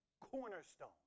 cornerstone